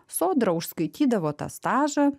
sodra užskaitydavo tą stažą